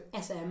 SM